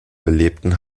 belebten